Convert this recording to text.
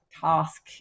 task